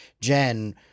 Jen